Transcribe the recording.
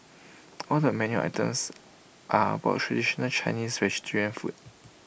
all the menu items are about traditional Chinese vegetarian food